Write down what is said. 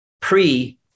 pre